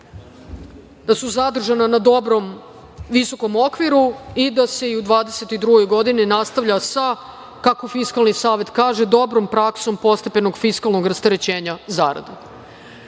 godini zadržala na dobrom visokom okviru i da se u 2022. godini nastavlja sa, kako Fiskalni savet kaže, dobrom praksom postepenog fiskalnog rasterećenja zaradom. To